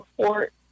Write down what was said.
support